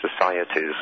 societies